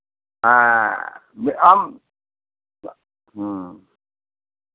ᱦᱮᱸ ᱟᱢ ᱦᱩᱸ